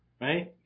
right